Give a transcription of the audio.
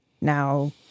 now